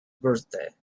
birthday